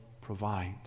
provides